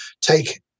take